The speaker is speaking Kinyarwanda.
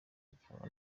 gihanwa